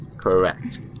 Correct